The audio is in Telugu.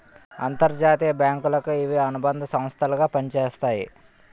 అంతర్జాతీయ బ్యాంకులకు ఇవి అనుబంధ సంస్థలు గా పనిచేస్తాయి